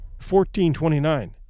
1429